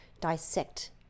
dissect